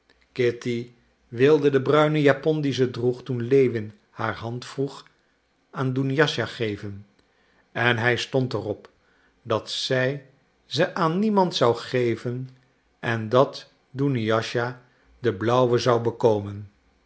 kitty wilde de bruine japon die zij droeg toen lewin haar hand vroeg aan douniascha geven en hij stond er op dat zij ze aan niemand zou geven en dat douniascha de blauwe zou bekomen